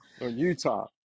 Utah